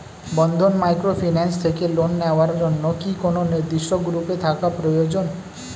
বন্ধন microfinance থেকে loan নেওয়ার জন্য কি কোন নির্দিষ্ট গ্রুপে থাকা প্রয়োজন?